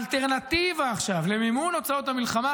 האלטרנטיבה עכשיו למימון הוצאות המלחמה,